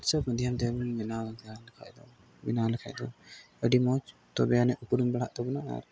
ᱦᱤᱥᱟᱹᱵ ᱢᱟᱫᱽᱫᱷᱚᱢ ᱛᱮ ᱵᱚᱱ ᱵᱮᱱᱟᱣ ᱟᱠᱟᱫᱟ ᱠᱷᱟᱡ ᱫᱚ ᱵᱮᱱᱟᱣ ᱞᱮᱠᱷᱟᱡ ᱫᱚ ᱟᱹᱰᱤ ᱢᱚᱡᱽ ᱛᱚᱵᱮ ᱟᱹᱱᱤᱡ ᱩᱯᱨᱩᱢ ᱵᱟᱲᱦᱟᱜ ᱛᱟᱵᱚᱱᱟ ᱟᱨ